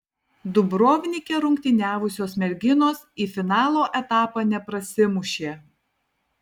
dubrovnike rungtyniavusios merginos į finalo etapą neprasimušė